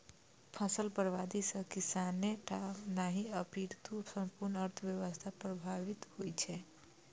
फसल बर्बादी सं किसाने टा नहि, अपितु संपूर्ण अर्थव्यवस्था प्रभावित होइ छै